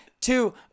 two